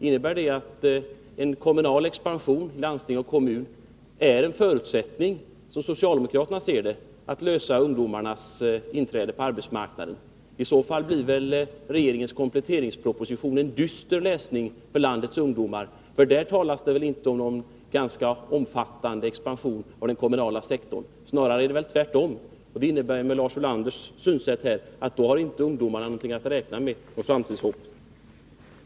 Innebär det att en kommunal expansion — en expansion av landsting och kommun =— är en förutsättning, som socialdemokraterna ser det, för att lösa frågan om ungdomarnas inträde på arbetsmarknaden? I så fall blir väl regeringens kompletteringsproposition en dyster läsning för landets ungdomar, för där talas det väl inte om någon mer omfattande expansion av den kommunala sektorn. Snarare är det väl tvärtom, och det innebär med Lars Ulanders synsätt här, att då har ungdomarna inte mycket att hoppas på.